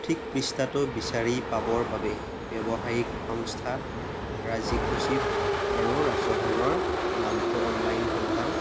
সঠিক পৃষ্ঠাটো বিচাৰি পাবৰ বাবে ব্যৱসায়িক সংস্থা ৰাজ্যিক সচিব আৰু ৰাজ্যখনৰ নামটো অনলাইন সন্ধান কৰক